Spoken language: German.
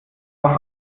auf